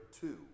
two